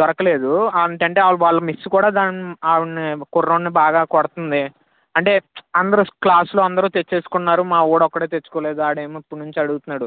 దొరకలేదు ఏంటంటే వాళ్ళ మిస్ కూడా దాన్ ఆవిడ కుర్రోన్ని బాగా కొడుతుంది అంటే అందరు క్లాసులో అందరు తెచ్చుకున్నారు మా వాడు ఒకడు తెచ్చుకోలేదు వాడు ఏమో ఎప్పటి నుంచో అడుగుతున్నాడు